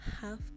half